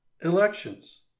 elections